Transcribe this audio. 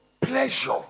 pleasure